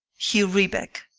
hugh rebeck?